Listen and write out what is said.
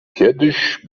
kiedyś